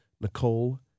Nicole